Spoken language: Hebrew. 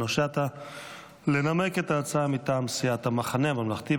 שטה לנמק את ההצעה מטעם סיעת המחנה הממלכתי.